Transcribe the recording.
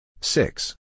six